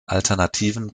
alternativen